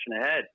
ahead